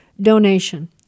donation